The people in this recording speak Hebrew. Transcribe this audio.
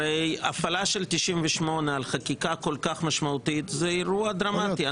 הרי הפעלה של 98 על חקיקה כל כך משמעותית זה אירוע דרמטי.